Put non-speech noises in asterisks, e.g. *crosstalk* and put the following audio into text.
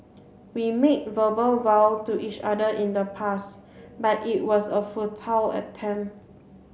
we made verbal vow to each other in the past but it was a futile *unintelligible*